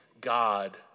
God